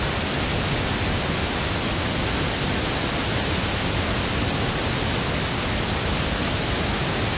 Hvala na